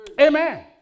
Amen